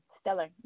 stellar